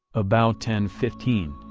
about ten fifteen,